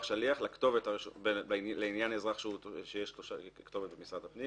שליח לאזרח שיש לו כתובת במשרד הפנים.